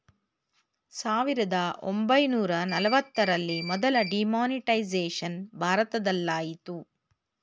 ಸಾವಿರದ ಒಂಬೈನೂರ ನಲವತ್ತರಲ್ಲಿ ಮೊದಲ ಡಿಮಾನಿಟೈಸೇಷನ್ ಭಾರತದಲಾಯಿತು